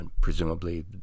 Presumably